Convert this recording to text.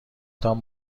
تان